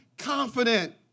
confident